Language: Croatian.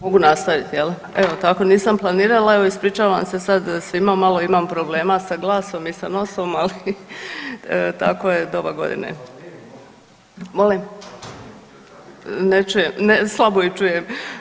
Mogu nastaviti jel, evo tako nisam planirala, evo ispričavam se sad svima malo imam problema sa glasom i sa nosom ali takvo je doba godine, molim … [[Upadica: Ne razumije se.]] ne čujem, slabo i čujem.